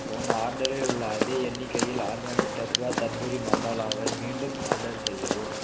போன ஆர்டரில் உள்ள அதே எண்ணிக்கையில் ஆர்கானிக் தத்வா தந்தூரி மசாலாவை மீண்டும் ஆடர் செய்யவும்